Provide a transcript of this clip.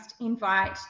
invite